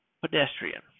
pedestrian